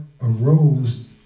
arose